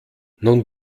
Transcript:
nun